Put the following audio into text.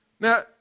Now